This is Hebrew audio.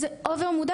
זה עוד יותר,